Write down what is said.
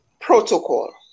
protocol